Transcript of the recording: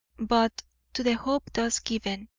but to the hope thus given,